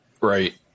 Right